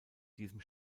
diesem